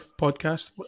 podcast